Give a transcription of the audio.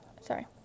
Sorry